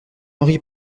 henri